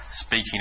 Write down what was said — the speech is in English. speaking